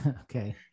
Okay